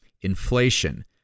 inflation